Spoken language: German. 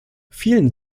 vielen